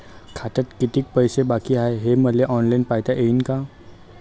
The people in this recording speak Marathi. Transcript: खात्यात कितीक पैसे बाकी हाय हे मले ऑनलाईन पायता येईन का?